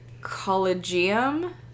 Collegium